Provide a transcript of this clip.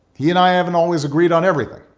he and i haven't always agreed on everything.